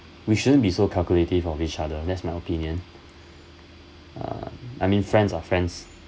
we shouldn't be so calculative of each other that's my opinion uh I mean friends are friends